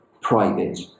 private